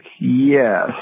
yes